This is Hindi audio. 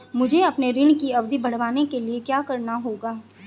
मुझे अपने ऋण की अवधि बढ़वाने के लिए क्या करना होगा?